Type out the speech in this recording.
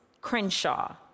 Crenshaw